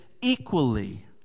equally